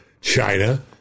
China